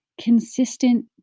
consistent